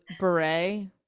beret